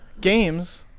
Games